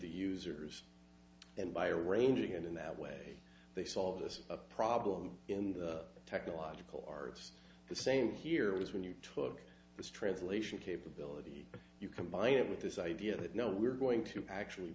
the users and by arranging it in that way they solve this problem in the technological are the same here as when you took this translation capability you combine it with this idea that now we're going to actually